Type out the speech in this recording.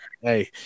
hey